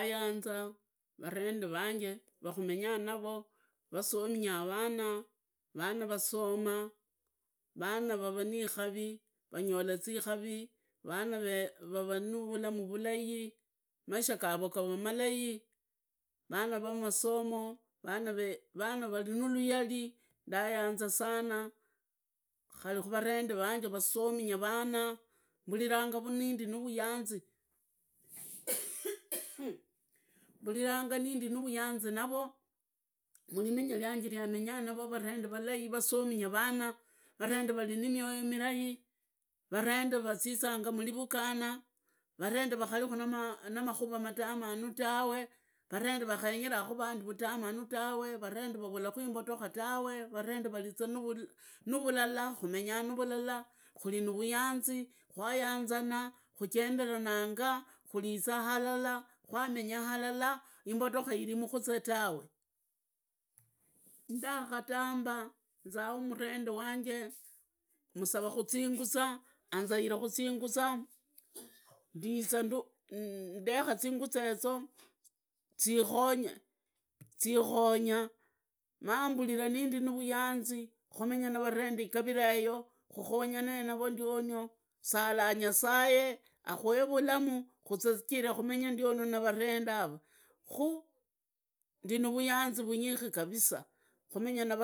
Ndayanza varende vanje vakumenya navo vasominya vana, vana vasoma vana vava ni ikavi, vangola zikarii, vana vali nulayali ndayanza sana, kari kuvarende vange vasominya vana, mburiranga nindi nuvuyanzi, navo murimenya ryanje rya menya navo, varende valai, vasominya vana, varende vari nimioyo mirai, varende razizanga murivugana, varende vakari namakhura matamanu tawe, varende vakhaenyerakhu vandi vutamanu tawe, varende vavulaku imbotokha tawe, varende vari za nuvulala kumenya nuvulala kumenyaa nuvuyanzi, kwayagazana, kujenderana kuriza halala, kwamenya halala, imbotorikha iri mukhuze tawe, ndakatamba nzaa wamurende wanja, masava zinguza, ndiza ndekha zinauza yezo zikhonga, maamulina ndi nuvuyanzi kumenya na varende ikavilaeyo, kukhonyane navo ndiono, sala nyasaye akuhee vulamu khunyi, sichira khumenya ndiono navarende yavo, khu ndi nuvuyanzi kabisa khumenya, khumenya na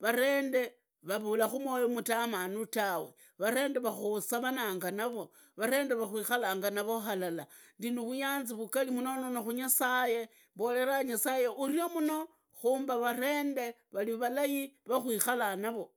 varende vavurakhu mwoyo mtamanu tawe, varende va kusavananga navo, varende va kwikharanga navo halala, ndi na vugali mnonono ku nyasaye. Mborera nyasaye urie muno khumba varende varivalai vakwikara navo.